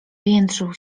piętrzył